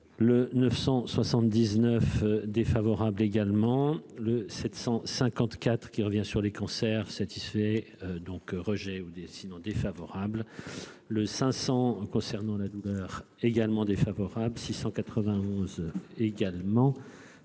Le 979 défavorable également le 754 qui revient sur les cancers satisfait donc rejet ou des sinon défavorable, le 500 concernant la également défavorable 692 également